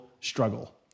struggle